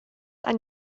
ein